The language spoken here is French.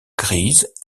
grise